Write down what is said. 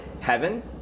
heaven